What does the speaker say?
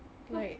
why